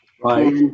Right